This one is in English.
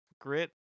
grit